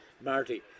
Marty